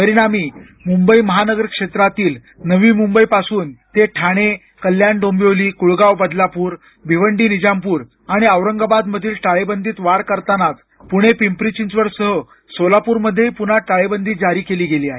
परिणामी मुंबई महानगर क्षेत्रातील नवी मुंबई पासून ते ठाणे कल्याण डोंबिवली कुळगाव बदलापूर भिवंडी निजामपूर आणि औरंगाबाद मधील टाळेबंदीत वाढ करतानाच पुणे पिंपरी चिंचवडसह सोलापूरमध्ये पुन्हा टाळेबंदी जारी केली गेली आहे